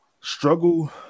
struggle